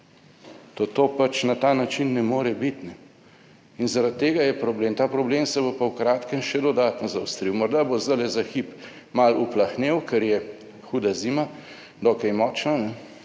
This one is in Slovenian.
(nadaljevanje) in zaradi tega je problem. Ta problem se bo pa v kratkem še dodatno zaostril. Morda bo zdajle za hip malo uplahnel, ker je huda zima, dokaj močna